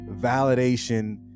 validation